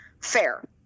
fair